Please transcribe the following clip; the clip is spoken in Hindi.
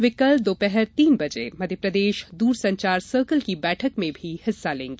वे कल दोपहर तीन बजे मध्यप्रदेश दूरसंचार सर्किल की बैठक में भी हिस्सा लेंगी